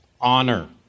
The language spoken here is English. honor